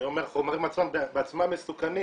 אני אומר החומרים בעצמם מסוכנים